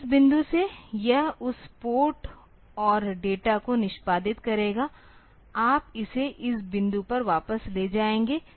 तो इस बिंदु से यह उस पोर्ट और डेटा को निष्पादित करेगा आप इसे इस बिंदु पर वापस ले जाएंगे